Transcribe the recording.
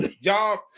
y'all